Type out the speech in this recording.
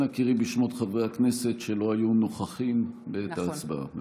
אנא קראי בשמות חברי הכנסת שלא היו נוכחים בעת ההצבעה.